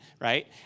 right